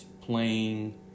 playing